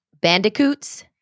bandicoots